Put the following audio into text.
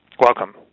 Welcome